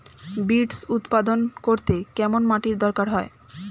Beets উৎপাদন করতে কেরম মাটির দরকার হয়?